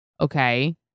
Okay